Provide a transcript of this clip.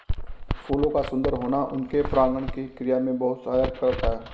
फूलों का सुंदर होना उनके परागण की क्रिया में बहुत सहायक होता है